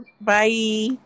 Bye